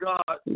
God